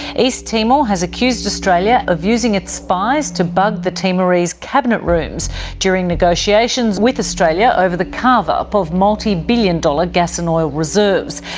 east timor has accused australia of using its spies to bug the timorese cabinet rooms during negotiations with australia over the carve-up of multi-billion-dollar gas and oil reserves.